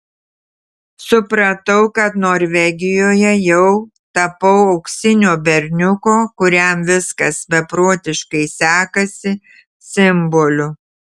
supratau kad norvegijoje jau tapau auksinio berniuko kuriam viskas beprotiškai sekasi simboliu